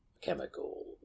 chemical